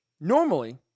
normally